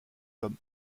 comme